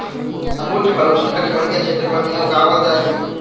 अंगूर के फल उष्णकटिबंधीय क्षेत्र वन में उगाबल जा हइ